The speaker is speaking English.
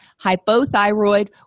Hypothyroid